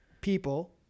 people